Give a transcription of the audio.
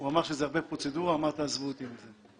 הוא אמר: זה הרבה פרוצדורה, תעזבו אותי מזה.